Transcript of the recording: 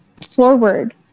forward